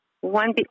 one